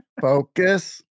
Focus